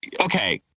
okay